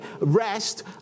Rest